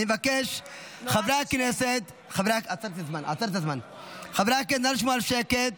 אני מבקש, חברי הכנסת, נא לשמור על שקט.